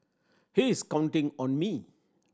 he is counting on me